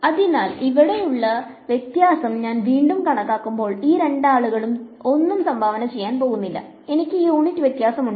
അതിനാൽ ഇവിടെയുള്ള വ്യത്യാസം ഞാൻ വീണ്ടും കണക്കാക്കുമ്പോൾ ഈ രണ്ട് ആളുകളും ഒന്നും സംഭാവന ചെയ്യാൻ പോകുന്നില്ല എനിക്ക് യൂണിറ്റ് വ്യത്യാസമുണ്ട്